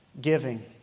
giving